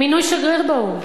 מינוי שגריר באו"ם,